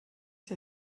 der